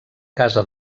casa